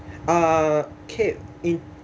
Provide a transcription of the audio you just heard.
uh in